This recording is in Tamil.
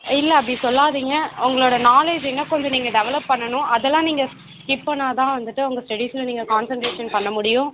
இல்லை அப்படி சொல்லாதிங்க உங்களோட நாலேஜ் இன்னும் கொஞ்சம் நீங்கள் டெவெலப் பண்ணணும் அதெலாம் நீங்கள் ஸ்கிப் பண்ணால்தான் வந்துவிட்டு உங்க ஸ்டடிஸில் நீங்கள் கான்சென்ட்ரேஷன் பண்ண முடியும்